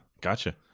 gotcha